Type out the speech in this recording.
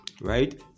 right